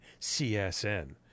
CSN